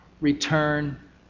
return